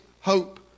hope